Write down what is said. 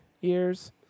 years